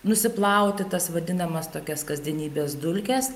nusiplauti tas vadinamas tokias kasdienybės dulkes